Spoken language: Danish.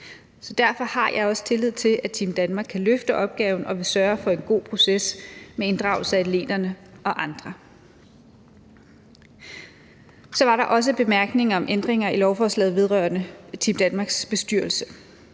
Derfor har jeg også tillid til, at Team Danmark kan løfte opgaven, og vi sørger for en god proces med inddragelse af atleterne og andre. Kl. 10:27 Så var der også en bemærkning om ændringerne i lovforslaget vedrørende Team Danmarks bestyrelse.